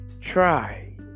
try